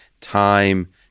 time